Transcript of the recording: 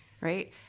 right